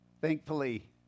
Thankfully